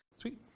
Sweet